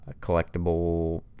collectible